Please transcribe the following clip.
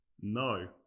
No